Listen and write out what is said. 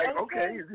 okay